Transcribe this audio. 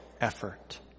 effort